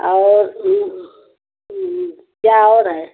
और ऊ ऊ क्या और है